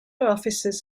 officers